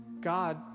God